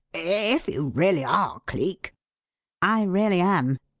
if you really are cleek i really am.